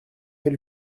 fait